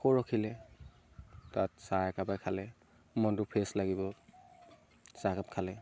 আকৌ ৰখিলে তাত চাহ একাপে খালে মনটো ফ্ৰেছ লাগিব চাহকাপ খালে